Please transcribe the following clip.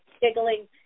giggling